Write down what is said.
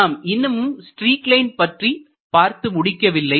நாம் இன்னமும் streak line பற்றிப் பார்த்து முடிக்கவில்லை